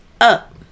up